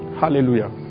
Hallelujah